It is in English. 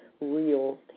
real